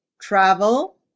travel